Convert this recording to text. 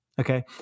Okay